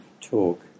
talk